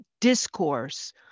discourse